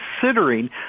considering